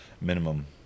minimum